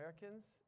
Americans